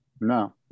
No